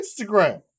Instagram